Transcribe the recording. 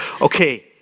Okay